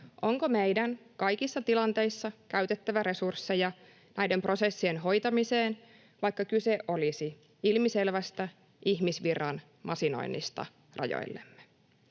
onko meidän kaikissa tilanteissa käytettävä resursseja näiden prosessien hoitamiseen, vaikka kyse olisi ilmiselvästä ihmisvirran masinoinnista rajoillemme,